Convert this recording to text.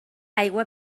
aigua